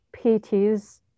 PTs